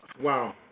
Wow